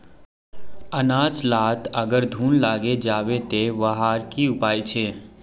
अनाज लात अगर घुन लागे जाबे ते वहार की उपाय छे?